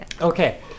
Okay